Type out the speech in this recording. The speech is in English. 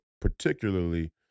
particularly